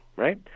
right